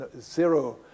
zero